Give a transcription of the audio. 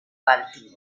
baltimore